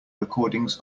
recordings